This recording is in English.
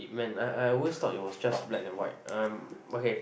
it meant ah I always thought it was just black and white um okay